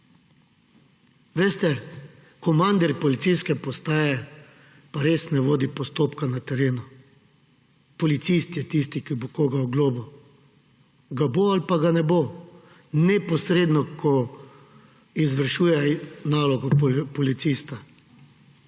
Veste, komandir policijske postaje pa res ne vodi postopka na terenu. Policist je tisti, ki bo koga oglobil; ga bo ali pa ga ne bo neposredno, ko izvršuje nalogo policista.